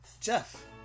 Jeff